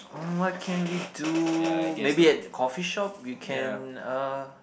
uh what can we do maybe at the coffee shop we can uh